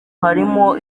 harimo